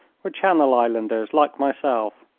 were channel islanders like myself.